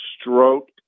stroke